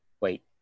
Wait